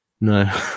No